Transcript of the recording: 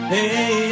Hey